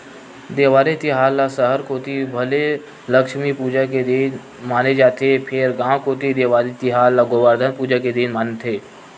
देवारी तिहार ल सहर कोती भले लक्छमी पूजा के दिन माने जाथे फेर गांव कोती देवारी तिहार ल गोबरधन पूजा के दिन ही मानथे